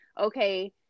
okay